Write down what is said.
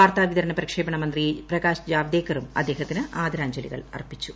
വാർത്താവിതരണ പ്രക്ഷേപണ മന്ത്രി പ്രകാശ് ജാവ്ദേക്കറും അദ്ദേഹത്തിന് ആദരാഞ്ജലികൾ അർപ്പിച്ചു